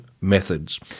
methods